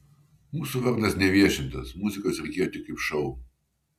mūsų vardas neviešintas muzikos reikėjo tik kaip šou